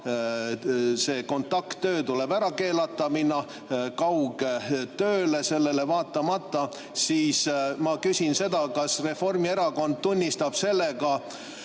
aga kontakttöö tuleb ära keelata, minna kaugtööle sellele vaatamata, siis ma küsin, kas Reformierakond tunnistab sellega